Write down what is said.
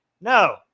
no